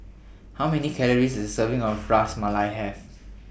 How Many Calories Does A Serving of Ras Malai Have